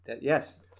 yes